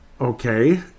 okay